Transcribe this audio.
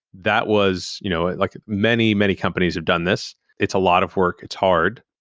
that was you know like many, many companies have done this. it's a lot of work. it's hard.